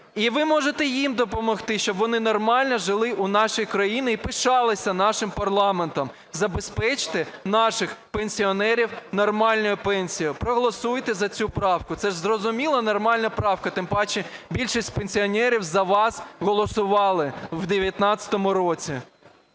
І ви можете їм допомогти, щоб вони нормально жили у нашій країні і пишалися нашим парламентом. Забезпечте наших пенсіонерів нормальною пенсією. Проголосуйте за цю правку. Це ж зрозуміла, нормальна правка. Тим паче більшість пенсіонерів за вас голосували в 19-му році.